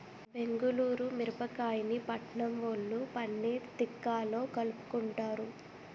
బెంగుళూరు మిరపకాయని పట్నంవొళ్ళు పన్నీర్ తిక్కాలో కలుపుకుంటారు